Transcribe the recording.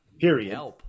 Period